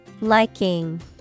Liking